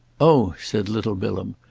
oh, said little bilham,